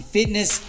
Fitness